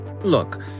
Look